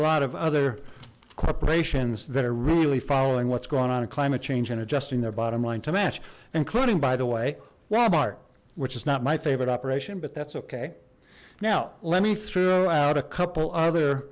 lot of other corporations that are really following what's going on a climate change and adjusting their bottom line to match including by the way walmart which is not my favorite operation but that's okay now let me throw out a couple other